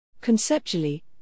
Conceptually